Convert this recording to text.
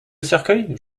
cercueil